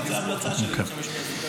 זו ההמלצה שלי.